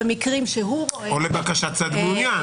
במקרים שהוא רואה" --- או לבקשת צד מעוניין.